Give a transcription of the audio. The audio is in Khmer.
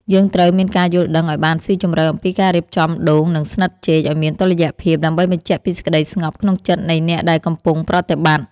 យើងត្រូវមានការយល់ដឹងឱ្យបានស៊ីជម្រៅអំពីការរៀបចំដូងនិងស្និតចេកឱ្យមានតុល្យភាព ដើម្បីបញ្ជាក់ពីសេចក្តីស្ងប់ក្នុងចិត្តនៃអ្នកដែលកំពុងប្រតិបត្តិ។